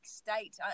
state